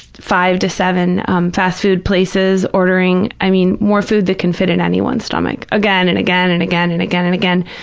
five to seven um fast-food places, ordering, i mean, more food than can fit in anyone's stomach, again and again and again and again and again,